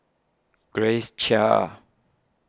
Grace Chia